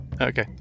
Okay